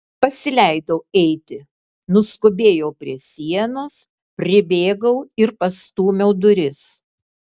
pasileidau eiti nuskubėjau prie sienos pribėgau ir pastūmiau duris